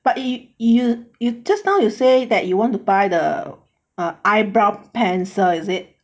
but if you you just now you say that you want to buy the err eyebrow pencil is it